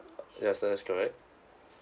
uh yes that is correct